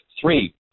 Three